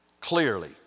clearly